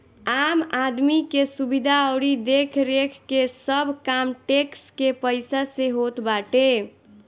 आम आदमी के सुविधा अउरी देखरेख के सब काम टेक्स के पईसा से होत बाटे